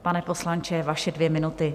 Pane poslanče, vaše dvě minuty.